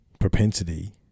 propensity